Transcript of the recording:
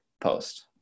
post